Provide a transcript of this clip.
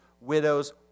Widows